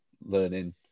learning